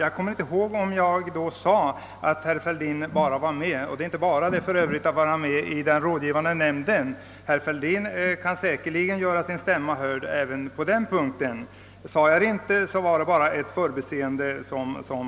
Jag kommer inte ihåg om jag då sade att herr Fälldin bara är medlem i den rådgivande nämnden — det är för övrigt inte så litet att vara med i den, ty herr Fälldin kan säkerligen göra sin stämma hörd även där — men om jag inte nämnde det var det ett förbiseende.